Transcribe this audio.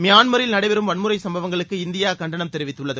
மியான்மரில் நடைபெறும் வன்முறை சம்பவங்களுக்கு இந்தியா கண்டனம் தெரிவித்துள்ளது